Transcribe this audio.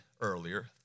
earlier